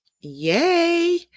Yay